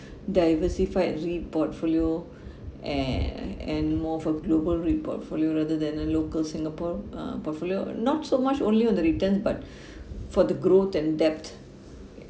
diversified REIT portfolio and and more for global REIT portfolio rather than a local singapore uh portfolio not so much only on the returns but for the growth and depth